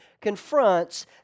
confronts